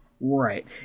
Right